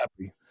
happy